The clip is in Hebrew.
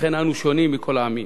לכן אנו שונים מכל העמים.